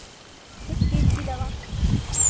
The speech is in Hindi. किस चीज़ की दवा